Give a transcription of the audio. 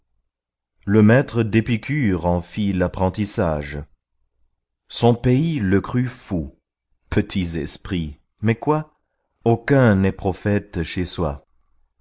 le maître d'épicure en fit l'apprentissage son pays le crut fou petits esprits mais quoi aucun n'est prophète chez soi